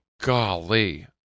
golly